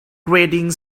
grating